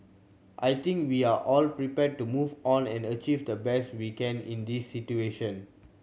I think we are all prepared to move on and achieve the best we can in this situation